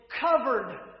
covered